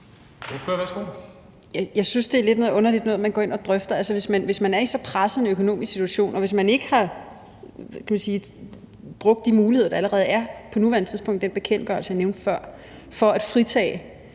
Jeg synes lidt, det er noget underligt noget, man går ind og drøfter. Hvis man er i så presset en økonomisk situation, og hvis ikke man har brugt de muligheder, der allerede er på nuværende tidspunkt i den bekendtgørelse, jeg nævnte før, for at fritage,